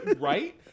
Right